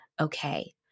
okay